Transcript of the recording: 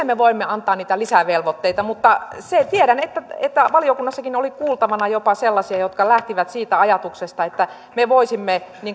me voimme antaa lisävelvoitteita mutta tiedän että että valiokunnassakin oli kuultavana jopa sellaisia jotka lähtivät siitä ajatuksesta että me voisimme